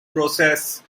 process